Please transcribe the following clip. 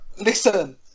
Listen